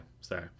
sorry